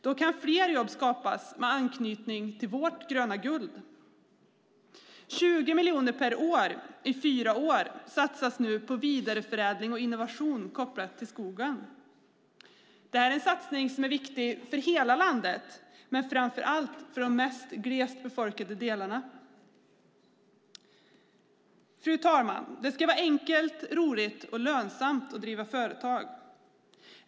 Då kan fler jobb skapas med anknytning till vårt gröna guld. 20 miljoner per år i fyra år satsas nu på vidareförädling och innovation kopplat till skogen. Det är en satsning som är viktig för hela landet, men framför allt för de mest glest befolkade delarna. Fru talman! Det ska vara enkelt, roligt och lönsamt att driva företag.